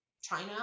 China